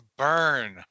burn